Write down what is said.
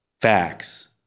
facts